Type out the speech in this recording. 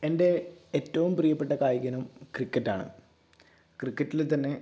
എൻ്റെ ഏറ്റവും പ്രിയ്യപ്പെട്ട കായിക ഇനം ക്രിക്കറ്റാണ് ക്രിക്കറ്റിൽ തന്നെ